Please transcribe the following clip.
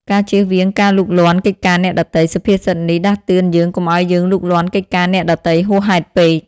ការជៀសវាងការលូកលាន់កិច្ចការអ្នកដទៃ សុភាសិតនេះដាស់តឿនយើងកុំឲ្យយើងលូកលាន់កិច្ចការអ្នកដទៃហួសហេតុពេក។